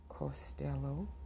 Costello